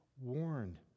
warned